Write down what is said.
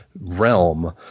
realm